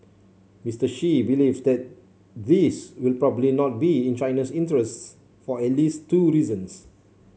Mister Xi believes that this will probably not be in Chinese interests for at least two reasons